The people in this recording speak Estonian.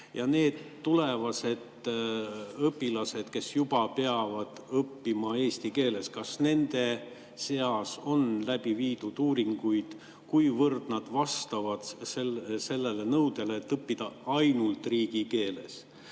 Ja need tulevased õpilased, kes juba peavad õppima eesti keeles, kas nende seas on läbi viidud uuringuid, kuivõrd nad vastavad sellele nõudele, et [suudavad] õppida ainult riigikeeles?